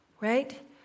Right